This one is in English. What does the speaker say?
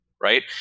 Right